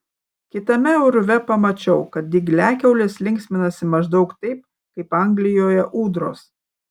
kitame urve pamačiau kad dygliakiaulės linksminasi maždaug taip kaip anglijoje ūdros